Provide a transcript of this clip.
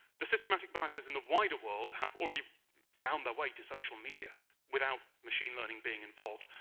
the systemic biases in the wider world have already found their way to social media without machine learning being involved.